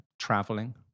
traveling